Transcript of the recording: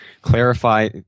Clarify